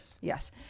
Yes